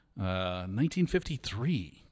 1953